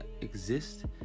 exist